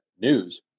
news